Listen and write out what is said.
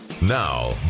Now